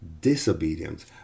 disobedience